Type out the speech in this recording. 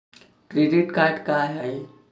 Credit card का हाय?